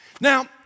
Now